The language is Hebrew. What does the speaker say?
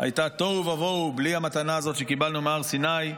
הייתה תוהו ובוהו בלי המתנה הזאת שקיבלנו בהר סיני,